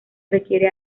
requiere